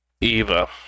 Eva